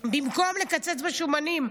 במקום לקצץ בשומנים,